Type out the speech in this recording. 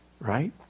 Right